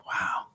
Wow